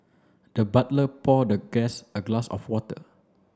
the butler pour the guest a glass of water